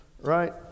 Right